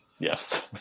Yes